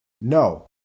No